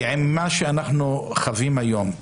מה שאנחנו חווים היום,